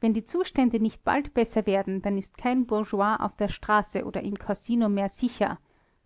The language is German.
wenn die zustände nicht bald besser werden dann ist kein bourgeois auf der straße oder im kasino mehr sicher